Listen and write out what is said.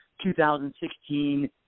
2016